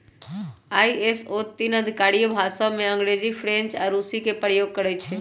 ISO तीन आधिकारिक भाषामें अंग्रेजी, फ्रेंच आऽ रूसी के प्रयोग करइ छै